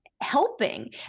helping